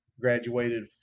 Graduated